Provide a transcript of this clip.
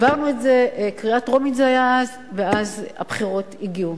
העברנו את זה בקריאה טרומית, ואז הגיעו הבחירות.